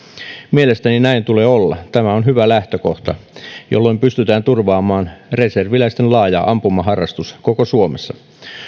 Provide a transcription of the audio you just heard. mielestäni näin tulee olla tämä on hyvä lähtökohta jolloin pystytään turvaamaan reserviläisten laaja ampumaharrastus koko suomessa